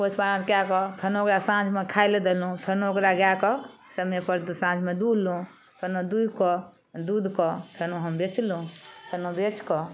ओछाओन कएकऽ तहन ओकरा साँझमे खाय लए देलहुँ थन ओकरा गारिकऽ समयपर मे साँझमे दुहलहुँ तहन दुहिकऽ दूधके तहन हम बेचलहुँ तहन बेचकऽ